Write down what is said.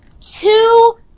two